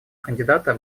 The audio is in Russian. кандидата